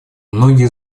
многие